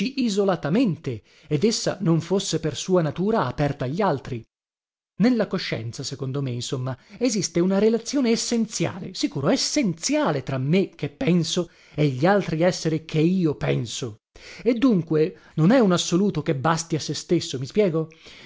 isolatamente ed essa non fosse per sua natura aperta agli altri nella coscienza secondo me insomma esiste una relazione essenziale sicuro essenziale tra me che penso e gli altri esseri che io penso e dunque non è un assoluto che basti a se stesso mi spiego